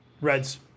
Reds